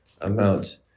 amount